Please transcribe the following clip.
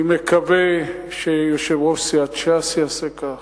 אני מקווה שיושב-ראש סיעת ש"ס יעשה כך.